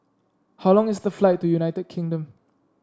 how long is the flight to United Kingdom